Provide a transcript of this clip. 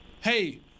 hey